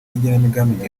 n’igenamigambi